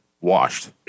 washed